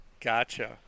Gotcha